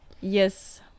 Yes